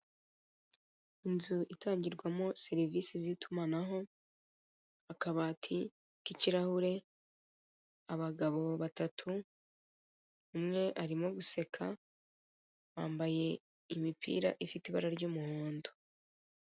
Inzu itangirwamo serivisi z'itumanaho, akabati k'ikirahure, abagabo batatu; umwe arimo guseka bambaye imipira ifite ibara ry'umuhondo.